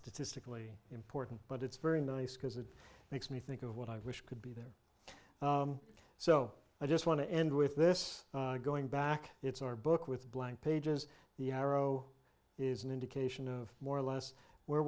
statistically important but it's very nice because it makes me think of what i wish could be the so i just want to end with this going back it's our book with blank pages the arrow is an indication of more or less where